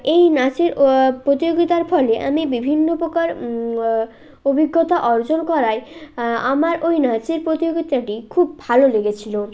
এই নাচের প্রতিযোগিতার ফলে আমি বিভিন্ন প্রকার অভিজ্ঞতা অর্জন করায় আমার ওই নাচের প্রতিযোগিতাটি খুব ভালো লেগেছিলো